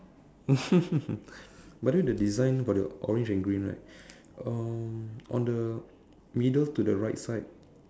by the way the design for the orange and green right um on the middle to the right side